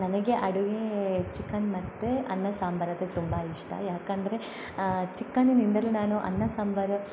ನನಗೆ ಅಡುಗೆ ಚಿಕನ್ ಮತ್ತು ಅನ್ನ ಸಾಂಬಾರ್ ಅಂದರೆ ತುಂಬಾ ಇಷ್ಟ ಯಾಕಂದರೆ ಚಿಕ್ಕಂದಿನಿಂದಲೂ ನಾನು ಅನ್ನ ಸಾಂಬಾರು